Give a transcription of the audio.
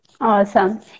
Awesome